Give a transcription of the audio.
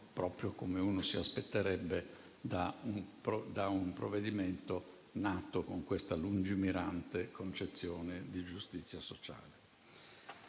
proprio come uno si aspetterebbe da un provvedimento nato con questa lungimirante concezione di giustizia sociale.